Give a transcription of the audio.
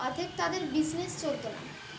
অর্থক তাদের বিজনেস চলত না